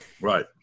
right